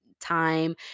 time